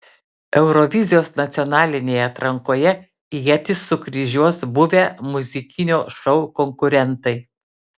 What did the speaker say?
eurovizijos nacionalinėje atrankoje ietis sukryžiuos buvę muzikinio šou konkurentai